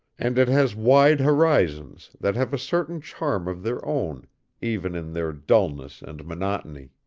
and it has wide horizons that have a certain charm of their own even in their dulness and monotony